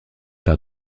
par